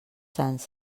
sants